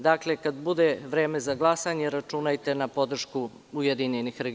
Dakle, kada bude vreme za glasanje računajte na podršku URS.